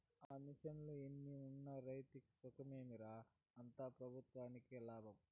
ఆ మిషన్లు ఎన్నున్న రైతులకి సుఖమేమి రా, అంతా పెబుత్వంకే లాభం